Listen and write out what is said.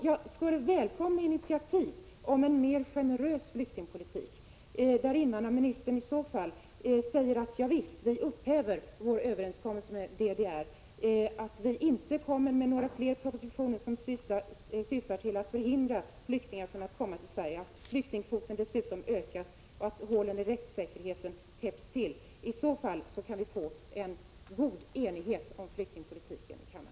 Jag skulle välkomna initiativ för en mer generös flyktingpolitik, där invandrarministern säger: Ja visst, vi upphäver vår överenskommelse med DDR, vi kommer inte med fler propositioner som syftar till att förhindra flyktingar från att komma till Sverige, vi ökar flyktingkvoten och täpper till hålen i rättssäkerheten. I så fall skulle vi få en god enighet om flyktingpolitiken i kammaren.